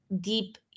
deep